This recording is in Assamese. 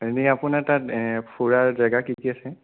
এনেই আপোনাৰ তাত ফুৰাৰ জেগা কি কি আছে